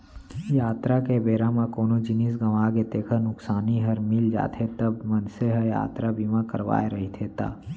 यातरा के बेरा म कोनो जिनिस गँवागे तेकर नुकसानी हर मिल जाथे, जब मनसे ह यातरा बीमा करवाय रहिथे ता